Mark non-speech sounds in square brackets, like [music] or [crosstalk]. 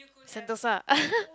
sentosa [laughs]